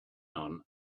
none